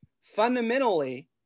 fundamentally